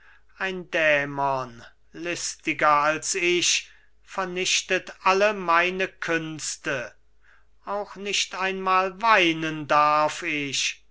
ein dämon listiger als ich vernichtet alle meine künste auch nicht einmal weinen darf ich